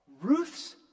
Ruth's